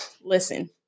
Listen